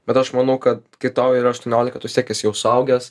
bet aš manau kad kai tau yra aštuoniolika tu vis tiek esi jau suaugęs